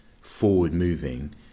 forward-moving